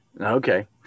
Okay